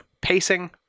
pacing